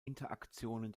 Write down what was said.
interaktionen